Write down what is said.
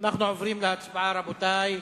אנחנו עוברים להצבעה, רבותי.